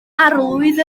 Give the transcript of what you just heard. arlywydd